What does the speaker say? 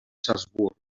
salzburg